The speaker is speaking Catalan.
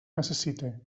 necessite